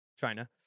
China